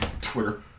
Twitter